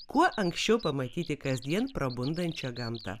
kuo anksčiau pamatyti kasdien prabundančią gamtą